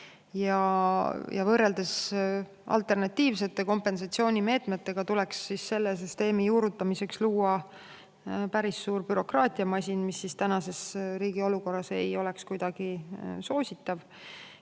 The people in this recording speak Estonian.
Võrreldes alternatiivsete kompensatsioonimeetmetega tuleks selle süsteemi juurutamiseks luua päris suur bürokraatiamasin, mis ei oleks riigi tänases olukorras kuidagi soositav.